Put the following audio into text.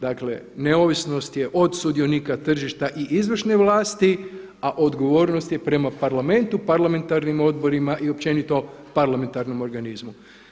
Dakle neovisnost je od sudionika tržišta i izvršne vlasti, a odgovornost je prema parlamentu, parlamentarnim odborima i općenito parlamentarnom organizmu.